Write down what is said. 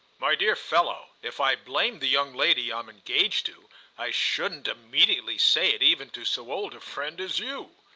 my dear fellow, if i blamed the young lady i'm engaged to i shouldn't immediately say it even to so old a friend as you.